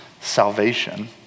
salvation